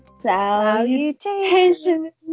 Salutations